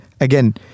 again